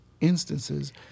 instances